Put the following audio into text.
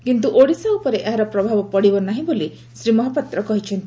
କିନ୍ତୁ ଓଡ଼ିଶା ଉପରେ ଏହାର ପ୍ରଭାବ ପଡ଼ିବ ନାହିଁ ବୋଲି ଶ୍ରୀ ମହାପାତ୍ର କହିଛନ୍ତି